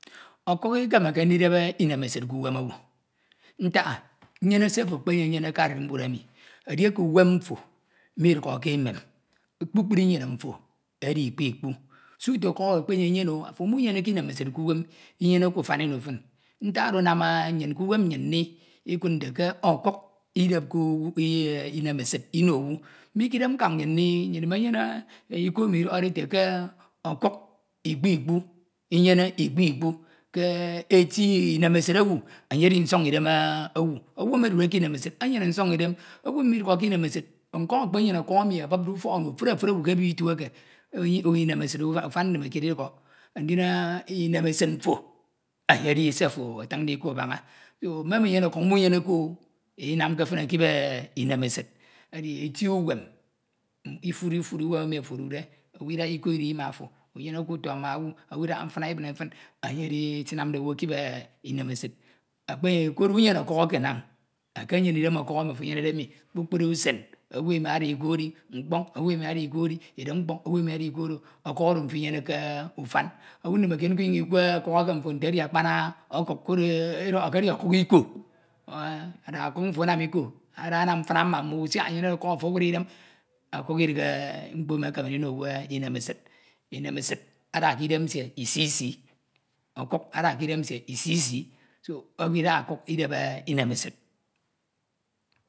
Ọkuk Ikemeke ndidep Inemesid k’uwem owu nfak ah nyene se ofo ekpenyenyene ke arimbud emi, edieke uwem mfo midukhọ ke emem kpukpru Inyene mfo edi Ikpu Ikpu suto ọkuk ekpenyenyene o, afo munyene ke Inemesid k’uwem, Inyeneke ufem Ino fin, ntak oro anam nnyin k’uwem nnyin mi, Ikud nte ke ọkuk Idepke Inemesid Ino owu. Mi ke Idem nkañ nnyin mmi nnyin Imenyene Iko emi ọdọhọde ete ọkuk Ikupikpu, Inyene Ikpu Ikpu ke e eti Inemesid owu, enye edi ñsọ Idem owu, owu emi odude k’onem esid enye nsọñ Idem, owu emi midukhọ kinemesid nkọm ekpenyene ọkuk emi abude ufọk ono efuri efuri owu ke ebi Itu eke, Inemesid, utem ndimekied Iduha, ndin Inemesid mfo, enye edi se ofo atinde Iko abaña, me menyene ọkuk munyeneke o, Inamke fin ekip Inem esid, edi eti uwem, Ifune Ifune uwem emi ofo odude owu Idaha Iko Idi ma ofo unyeneke Iko ma owu, owu Idaha mfina Ibine fin, enye edi se Inamde owu ekip Inemesid, ekpenyene koro unyene okuk eke now ekenyene Idem okuk eke ofo enyenede mi kpukpru usen owu emi ada Iko edi, mkpọñ owu emi ada Iko edi koro ọkuk oro mfo Inyeneke ufan, owu ndimekied nko Inyem̄ Ikwe ọkuk eke mfo nte edi akpan õkuk koro e edọhọ ke edi ọkuk Iko, enh ada ọkuk mfo anam Iko, ada anam mfin ma mme owu siak enyene ọkuk afo awud Idem, ọkuk Idihe mkpo emi ekemede ndino owu Inemesid. Inemesid ada k’Idem nsie isi isi, ọkuk ada k’Idem nsie isi isi so owu Idaha ọkuk Idep Inemesid.